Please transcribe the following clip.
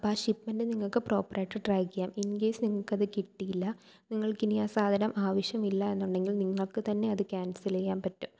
up ആ shipment നിങ്ങൾക്ക് പ്രോപ്പറായിട്ട് ട്രാക്ക് ചെയ്യാം ഇൻകേസ് നിങ്ങൾക്കത് കിട്ടിയില്ല നിങ്ങൾക്കിനിയാ സാധനം ആവശ്യമില്ല എന്നുണ്ടെങ്കിൽ നിങ്ങൾക്കു തന്നെ അത് ക്യാൻസൽ ചെയ്യാൻ പറ്റും